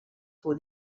for